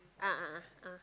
a'ah a'ah